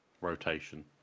rotation